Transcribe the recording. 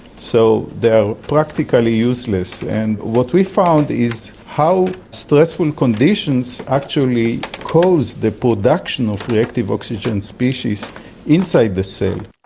so they are practically useless. and what we found is how stressful conditions actually cause the production of reactive oxygen species inside the cell.